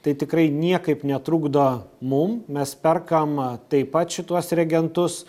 tai tikrai niekaip netrukdo mum mes perkam taip pat šituos reagentus